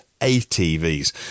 ATVs